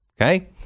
Okay